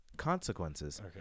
consequences